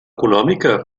econòmica